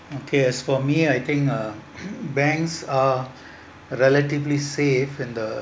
okay as for me I think uh banks are relatively safe and the